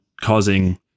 causing